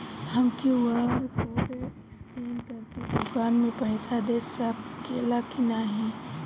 हम Q R code scan करके दुकान में पईसा दे सकेला की नाहीं?